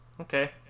Okay